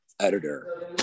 editor